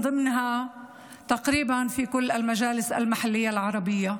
ומתוכם כמעט בכל הרשויות המקומיות הערביות.